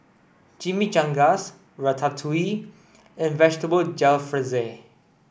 Chimichangas Ratatouille and Vegetable Jalfrezi